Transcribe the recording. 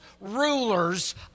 rulers